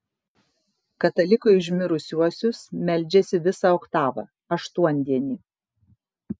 katalikai už mirusiuosius meldžiasi visą oktavą aštuondienį